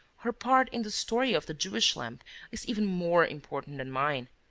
her part in the story of the jewish lamp is even more important than mine.